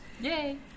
Yay